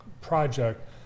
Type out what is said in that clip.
project